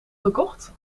gekocht